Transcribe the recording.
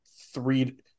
three